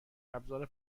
ابزار